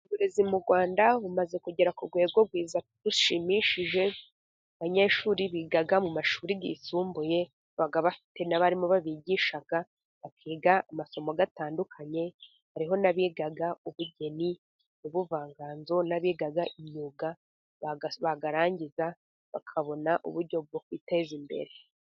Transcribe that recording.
Uburezi mu Rwanda bumaze kugera ku rwego rwiza rushimishije. Abanyeshuri biga mu mashuri yisumbuye baba bafite n'abarimu babigisha, bakiga amasomo atandukanye. Harimo n'abiga ubugeni, ubuvanganzo, n'abiga imyuga, barangiza bakabona uburyo bwo kwiteza imbere.